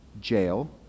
jail